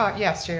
um yes, yeah